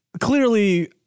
Clearly